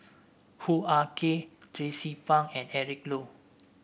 Hoo Ah Kay Tracie Pang and Eric Low